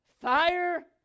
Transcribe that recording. fire